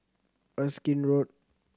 Erskine Road